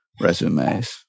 resumes